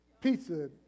pizza